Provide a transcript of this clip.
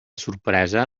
sorpresa